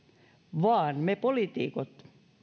vaan me poliitikot